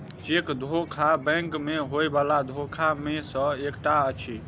cheque धोखा bank मे होयबला धोखा मे सॅ एकटा अछि